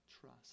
trust